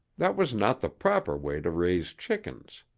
that was not the proper way to raise chickens.